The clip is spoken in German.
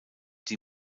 die